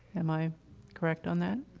am i correct on that?